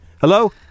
Hello